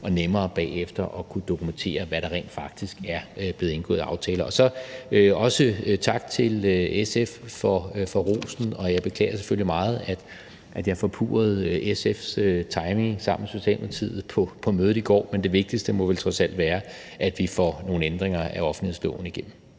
og nemmere bagefter at kunne dokumentere, hvad der rent faktisk er blevet indgået af aftaler. Så også tak til SF for rosen, og jeg beklager selvfølgelig meget, at jeg forpurrede SF's timing sammen med Socialdemokratiet på mødet i går, men det vigtigste må vel trods alt være, at vi får nogle ændringer af offentlighedsloven igennem.